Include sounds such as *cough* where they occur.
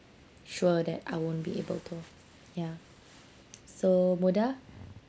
sure that I won't be able to ya *noise* so moda